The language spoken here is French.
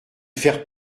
faire